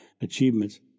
achievements